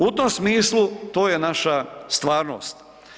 U tom smislu to je naša stvarnost.